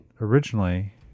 Originally